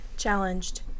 Challenged